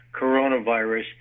coronavirus